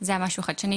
זה היה משהו חדשני,